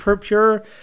pure